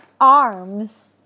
arms